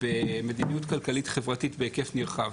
במדיניות כלכלית-חברתית בהיקף נרחב.